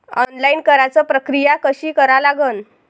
Online कराच प्रक्रिया कशी करा लागन?